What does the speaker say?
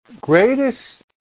greatest